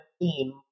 theme